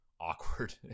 awkward